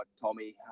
Tommy